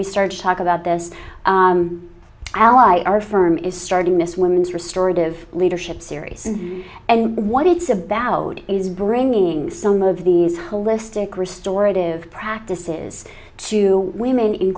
we started to talk about this ally our firm is starting this women's restorative leadership series and what it's about is bringing some of these holistic restorative practices to women in